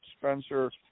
Spencer